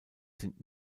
sind